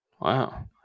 Wow